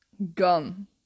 gun